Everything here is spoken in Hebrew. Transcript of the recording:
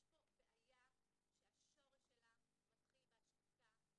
יש פה בעיה שהשורש שלה מתחיל בהשתקה,